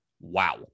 Wow